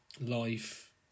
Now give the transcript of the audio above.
life